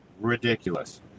ridiculous